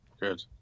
good